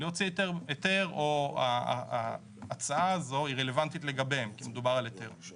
להוציא היתר או ההצעה הזו היא רלוונטית לגביהם כי מדובר על היתר.